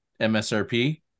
MSRP